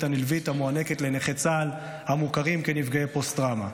הנלווית המוענקת לנכי צה"ל המוכרים כנפגעי פוסט-טראומה,